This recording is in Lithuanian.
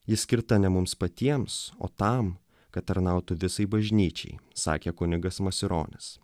ji skirta ne mums patiems o tam kad tarnautų visai bažnyčiai sakė kunigas masironis